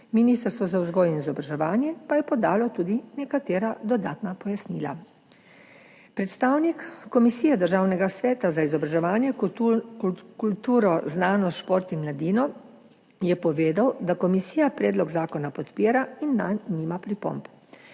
Ministrstvo za vzgojo in izobraževanje pa je podalo tudi nekatera dodatna pojasnila. Predstavnik Komisije Državnega sveta za izobraževanje, kulturo, znanost, šport in mladino je povedal, da komisija predlog zakona podpira in nanj nima pripomb.